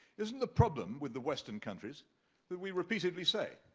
isn't the problem with the western countries that we repeatedly say,